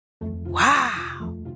Wow